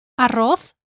Arroz